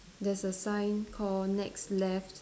there's a sign called next left